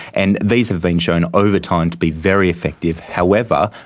and these have been shown over time to be very effective. however,